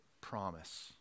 promise